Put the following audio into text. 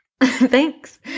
Thanks